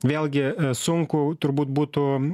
vėlgi sunku turbūt būtų